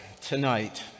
tonight